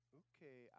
okay